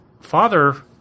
father